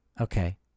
Okay